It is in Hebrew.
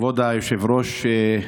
כבוד היושב-ראש,